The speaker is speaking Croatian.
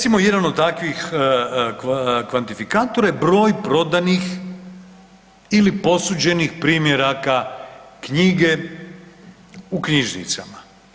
Recimo jedan od takvih kvantifikatora je broj prodanih ili posuđenih primjeraka knjige u knjižnicama.